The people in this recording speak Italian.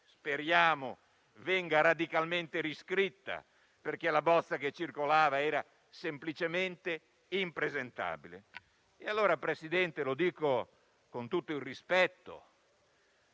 speriamo venga radicalmente riscritta, perché la bozza che circolava era semplicemente impresentabile. Signor Presidente, pur con tutto il rispetto